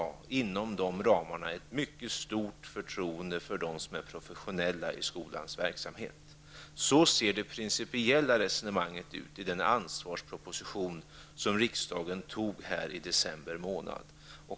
Och inom fastställda ramar skall det finnas ett mycket stort förtroende för de professionella i skolans verksamhet. Det är det principiella resonemanget i den ansvarsproposition som riksdagen antog i december månad.